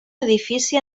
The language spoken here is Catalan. edifici